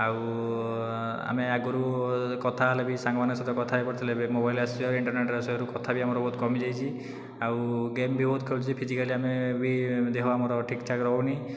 ଆଉ ଆମେ ଆଗରୁ କଥା ହେଲେ ବି ସାଙ୍ଗମାନଙ୍କ ସହିତ କଥା ହୋଇପାରୁଥିଲେ ଏବେ ମୋବାଇଲ୍ ଆସିବାରୁ ଇଣ୍ଟର୍ନେଟ୍ ଆସିବାରୁ କଥା ବି ଆମର ବହୁତ କମିଯାଇଛି ଆଉ ଗେମ୍ ବି ବହୁତ ଖେଳୁଛେ ଫିଜିକାଲି ଆମେ ବି ଦେହ ଆମର ଠିକ୍ ଠାକ୍ ରହୁନି